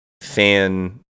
fan